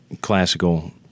classical